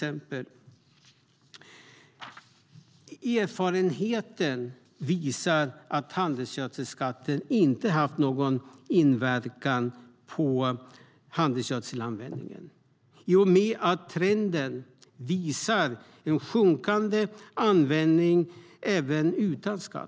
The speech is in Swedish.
Erfarenheten visar att handelsgödselskatten inte haft någon inverkan på handelsgödselanvändningen i och med att trenden visar en minskande användning även utan skatt.